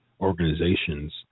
organizations